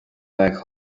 back